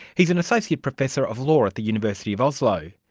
he's an associate professor of law at the university of oslo.